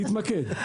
לי, תתמקד.